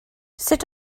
sut